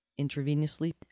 intravenously